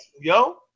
yo